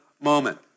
moment